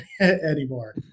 anymore